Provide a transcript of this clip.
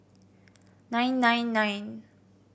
nine nine nine